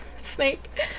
Snake